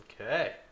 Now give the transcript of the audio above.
Okay